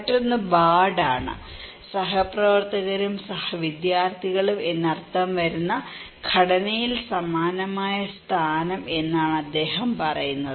മറ്റൊന്ന് ബാർഡ് ആണ് സഹപ്രവർത്തകരും സഹ വിദ്യാർത്ഥികളും എന്നർത്ഥം വരുന്ന ഘടനയിൽ സമാനമായ സ്ഥാനം എന്നാണ് അദ്ദേഹം പറയുന്നത്